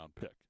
pick